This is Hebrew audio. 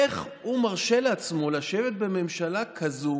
איך הוא מרשה לעצמו לשבת בממשלה כזאת